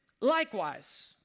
likewise